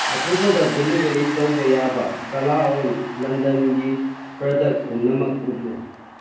ꯑꯊꯨꯕꯗ ꯗꯦꯂꯤꯚꯔꯤ ꯇꯧꯕ ꯌꯥꯕ ꯒꯂꯥ ꯑꯣꯜ ꯂꯟꯗꯟꯒꯤ ꯄ꯭ꯔꯗꯛ ꯄꯨꯝꯅꯃꯛ ꯎꯠꯂꯨ